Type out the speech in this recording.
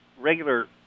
regular